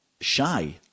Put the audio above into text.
shy